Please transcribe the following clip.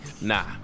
Nah